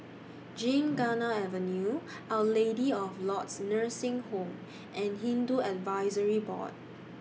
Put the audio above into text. Gymkhana Avenue Our Lady of Lourdes Nursing Home and Hindu Advisory Board